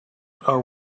are